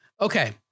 Okay